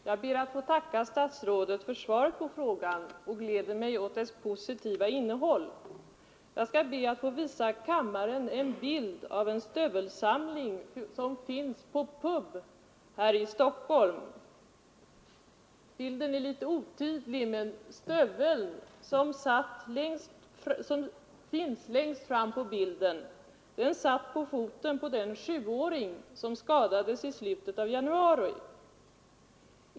Herr talman! Jag ber att få tacka statsrådet för svaret på frågan och gläder mig åt dess positiva innehåll. Jag skall be att få visa kammaren en bild av en stövelsamling som finns på PUB här i Stockholm. Bilden är litet otydlig, men stöveln som finns längst fram på bilden satt på foten på den sjuåring som skadades i slutet av januari.